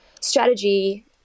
strategy